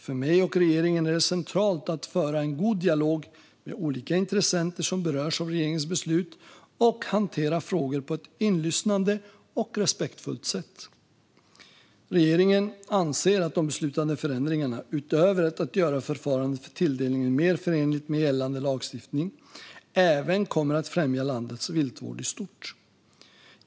För mig och regeringen är det centralt att föra en god dialog med olika intressenter som berörs av regeringens beslut och hantera frågor på ett inlyssnande och respektfullt sätt. Regeringen anser att de beslutade förändringarna, utöver att göra förfarandet för tilldelningen mer förenligt med gällande lagstiftning, även kommer att främja landets viltvård i stort.